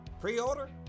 Pre-order